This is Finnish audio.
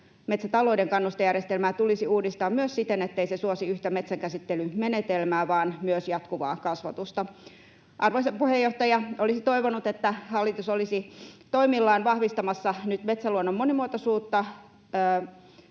Metsätalouden kannustejärjestelmää tulisi uudistaa myös siten, ettei se suosi yhtä metsänkäsittelymenetelmää vaan myös jatkuvaa kasvatusta. Arvoisa puheenjohtaja! Olisi toivonut, että hallitus olisi toimillaan vahvistamassa nyt metsäluonnon monimuotoisuutta,